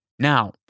Now